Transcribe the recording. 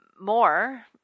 more